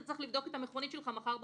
אתה צריך לבדוק את המכונית שלך מחר בבוקר.